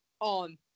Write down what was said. on